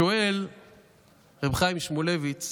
שואל רב חיים שמואלביץ